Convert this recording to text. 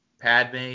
Padme